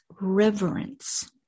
reverence